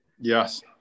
Yes